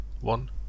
one